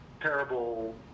terrible